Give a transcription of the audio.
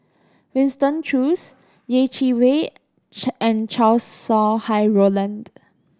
Winston Choos Yeh Chi Wei and Chow Sau Hai Roland